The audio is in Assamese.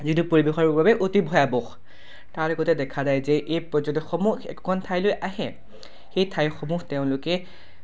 যিটো পৰিৱেশৰ বাবে অতি ভয়াৱহ তাৰ লগতে দেখা যায় যে এই পৰ্যটকসমূহ একোখন ঠাইলৈ আহে সেই ঠাইসমূহ তেওঁলোকে